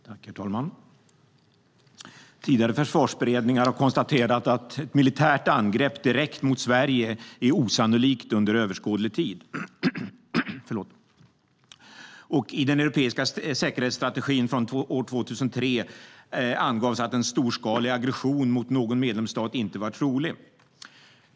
Herr talman! Tidigare försvarsberedningar har konstaterat att ett militärt angrepp direkt mot Sverige är osannolikt under överskådlig tid. I den europeiska säkerhetsstrategin från år 2003 angavs att en storskalig aggression mot någon medlemsstat inte var trolig.